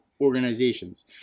organizations